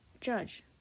judge